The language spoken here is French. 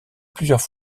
plusieurs